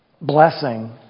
blessing